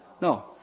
No